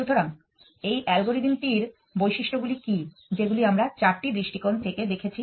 সুতরাং এই অ্যালগরিদমটির বৈশিষ্ট্যগুলি কী যেগুলি আমরা চারটি দৃষ্টিকোণ থেকে দেখেছি